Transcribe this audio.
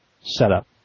setup